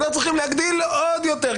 אנחנו צריכים להגדיל עוד יותר,